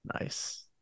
Nice